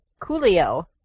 Coolio